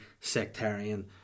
sectarian